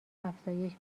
افزایش